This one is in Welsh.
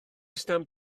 stamp